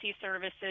services